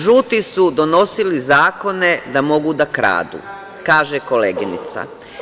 Žuti su donosili zakone da mogu da kradu, kaže koleginica.